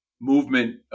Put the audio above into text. movement